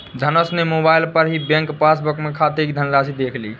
धनुष ने मोबाइल पर ही बैंक पासबुक में खाते की धनराशि देख लिया